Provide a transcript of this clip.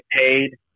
paid